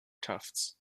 tufts